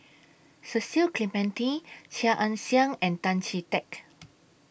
Cecil Clementi Chia Ann Siang and Tan Chee Teck